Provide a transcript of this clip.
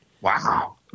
Wow